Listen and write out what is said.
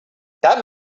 that